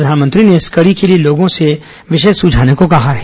प्रधानमंत्री ने इस कड़ी के लिए लोगों से विषय सुझाने को कहा है